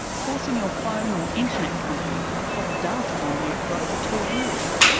forcing your phone or internet company to hold data on you for up to two years,